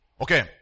Okay